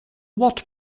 what